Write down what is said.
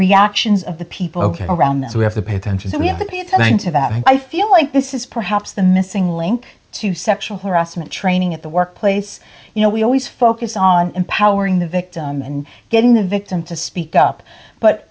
reactions of the people ok around this we have to pay attention so we have a peaceful end to that i feel like this is perhaps the missing link to sexual harassment training at the workplace you know we always focus on empowering the victim and getting the victim to speak up but